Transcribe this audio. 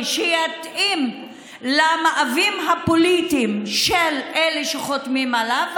שיתאים למאוויים הפוליטיים של אלה שחותמים עליו,